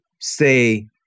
say